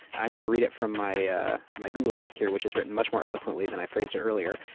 i'm going to read it from my my google doc here, which was written much more eloquently than i phrased it earlier.